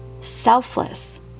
selfless